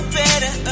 better